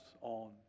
on